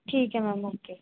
ਠੀਕ ਹੈ ma'am okay